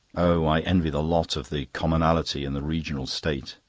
oh, i envy the lot of the commonality in the rational state!